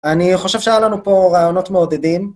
אני חושב שהיה לנו פה רעיונות מעודדים.